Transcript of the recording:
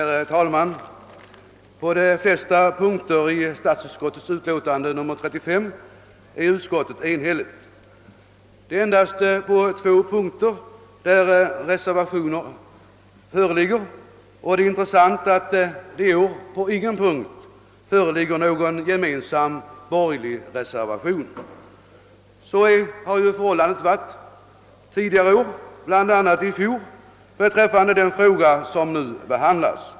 Herr talman! På de flesta punkter i statsutskottets utlåtande nr 35 är utskottet enhälligt. Reservationer föreligger endast på två punkter, och det är intressant att notera att det inte på någon punkt förekommer någon gemensam borgerlig reservation. Så har förhållandet varit under tidigare år. I fjol bl.a. beträffande den fråga som nu behandlas.